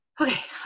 Okay